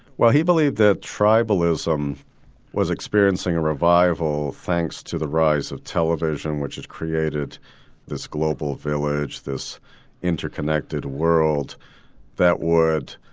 well he believed that tribalism was experiencing a revival thanks to the rise of television which has created this global village, this interconnected world that would,